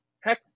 Heck